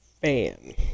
fan